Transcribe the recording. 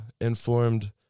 informed